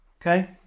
Okay